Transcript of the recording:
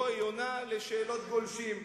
שבו היא עונה על שאלות גולשים.